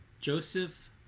joseph